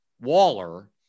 Waller